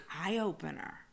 eye-opener